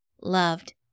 loved